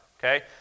Okay